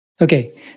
Okay